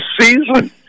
season